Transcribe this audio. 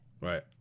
Right